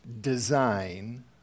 design